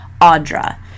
Audra